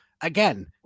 again